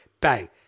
Bang